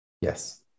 Yes